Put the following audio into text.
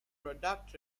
product